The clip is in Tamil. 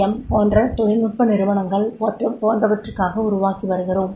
எம் போன்ற தொழில்நுட்ப நிறுவனங்கள் போன்றவற்றுக்காக உருவாக்கி வருகிறோம்